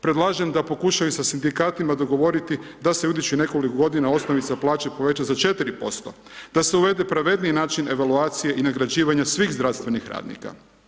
Predlažem da pokušaju sa sindikatima dogovoriti da se u idućih nekoliko godina osnovica plaće poveća za 4%, da se uvede pravedniji način evaluacije i nagrađivanja svih zdravstvenih radnika.